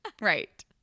Right